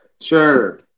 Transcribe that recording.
Sure